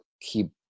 keep